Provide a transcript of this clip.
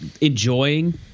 enjoying